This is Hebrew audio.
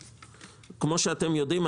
כמו שאתם יודעים,